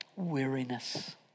weariness